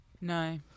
No